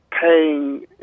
paying